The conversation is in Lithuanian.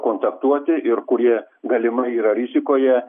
kontaktuoti ir kurie galimai yra rizikoje